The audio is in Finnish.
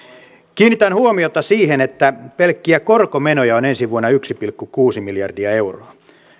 kiinnitän huomiota siihen että pelkkiä korkomenoja on ensi vuonna yksi pilkku kuusi miljardia euroa